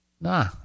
nah